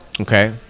okay